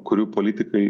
kurių politikai